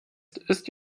ist